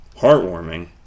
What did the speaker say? Heartwarming